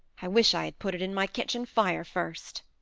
i wish i had put it in my kitchen fire first!